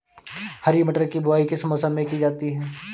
हरी मटर की बुवाई किस मौसम में की जाती है?